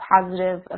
positive